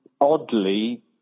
Oddly